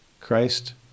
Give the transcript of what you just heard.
Christ